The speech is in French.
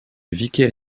vicaire